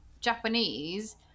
Japanese